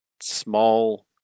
Small